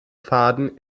faden